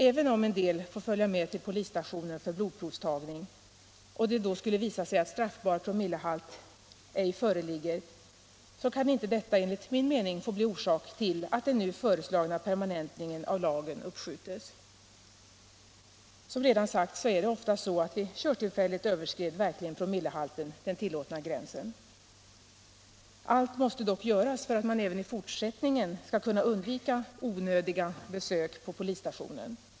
Även om några får följa med till polisstationen för blodprovstagning, och det då skulle visa sig att straffbar promillehalt ej föreligger, kan detta, enligt min mening, inte få bli orsak till att den nu föreslagna permanentningen av lagen uppskjuts. Som redan sagts är det oftast så, att vid körtillfället överskred verkligen promillehalten den tillåtna gränsen. Allt måste dock göras för att man även i fortsättningen skall kunna undvika ”onödiga” besök på polisstationen.